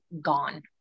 gone